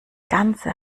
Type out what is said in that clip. ganze